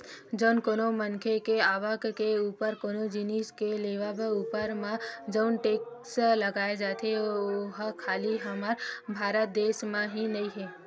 जउन कोनो मनखे के आवक के ऊपर ते कोनो जिनिस के लेवब ऊपर म जउन टेक्स लगाए जाथे ओहा खाली हमर भारत देस म ही नइ हे